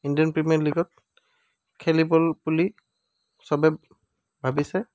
Indian premier লীগত খেলিবল বুলি চবে ভাবিছে